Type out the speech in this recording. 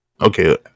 Okay